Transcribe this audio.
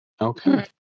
Okay